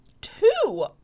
two